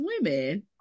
women